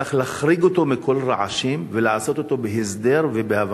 צריך להחריג אותו מכל הרעשים ולעשות אותו בהסדר ובהבנה.